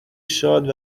شاد